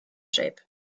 shape